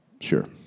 sure